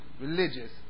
religious